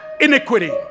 iniquity